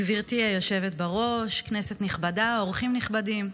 גברתי היושבת בראש, כנסת נכבדה, אורחים נכבדים,